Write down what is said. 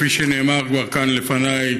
כפי שנאמר כבר כאן לפניי,